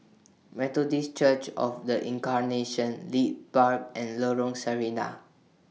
Methodist Church of The Incarnation Leith Park and Lorong Sarina